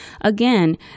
Again